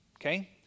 okay